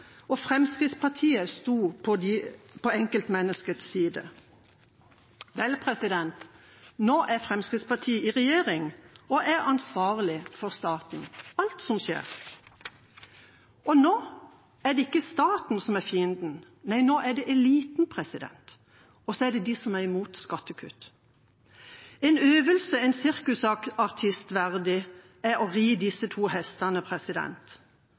og at Fremskrittspartiet sto på enkeltmenneskets side. Vel, nå er Fremskrittspartiet i regjering og er ansvarlig for staten, for alt som skjer, og nå er det ikke staten som er fienden, nå er det eliten, og så er det de som er imot skattekutt. En øvelse en sirkusartist verdig er å ri disse to hestene.